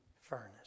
furnace